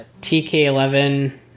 TK11